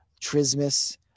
trismus